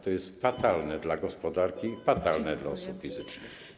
To jest fatalne dla gospodarki, fatalne dla osób fizycznych.